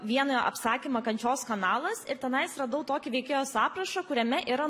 vieną apsakymą kančios kanalas ir tenais radau tokį veikėjos aprašą kuriame yra